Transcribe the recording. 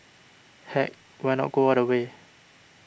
heck why not go all the way